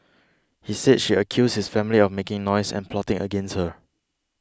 he said she accused his family of making noise and plotting against her